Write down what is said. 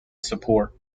support